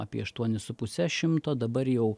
apie aštuonis su puse šimto dabar jau